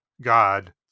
God